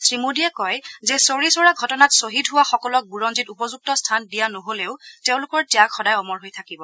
শ্ৰীমোদীয়ে কয় যে চৌৰি চৌৰা ঘটনাত ছহিদ হোৱা সকলক বুৰঞ্জীত উপযুক্ত স্থান দিয়া নহলেও তেওঁলোকৰ ত্যাগ সদায় অমৰ হৈ থাকিব